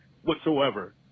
whatsoever